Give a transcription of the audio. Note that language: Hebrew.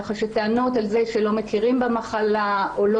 ככה שטענות על זה שלא מכירים במחלה או לא